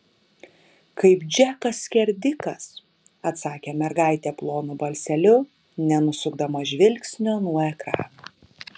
kaip džekas skerdikas atsakė mergaitė plonu balseliu nenusukdama žvilgsnio nuo ekrano